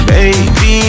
Baby